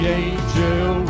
angel